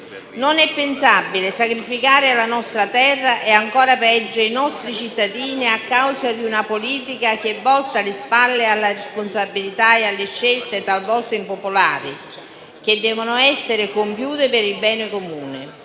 Non è pensabile sacrificare la nostra terra e, ancora peggio, i nostri cittadini a causa di una politica che volta le spalle alla responsabilità e alle scelte, talvolta impopolari, che devono essere compiute per il bene comune.